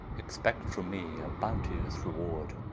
expect from me a bounteous reward.